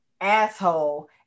asshole